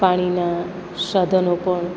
પાણીના સાધનો પણ